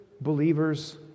believers